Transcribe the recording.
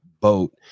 boat